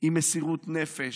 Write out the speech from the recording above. עם מסירות נפש,